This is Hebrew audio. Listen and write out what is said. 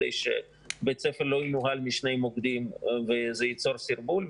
כדי שבית ספר לא ינוהל משני מוקדים וזה ייצור סרבול,